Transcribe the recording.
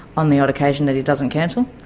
on the odd occasion that he doesn't cancel,